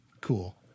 Cool